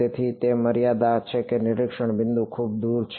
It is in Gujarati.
તેથી તે મર્યાદા છે કે નિરીક્ષણ બિંદુ ખૂબ દૂર છે